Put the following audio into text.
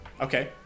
Okay